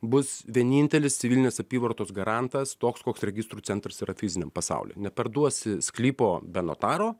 bus vienintelis civilinės apyvartos garantas toks koks registrų centras yra fiziniam pasauly neparduosi sklypo be notaro